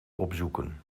opzoeken